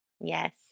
Yes